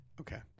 Okay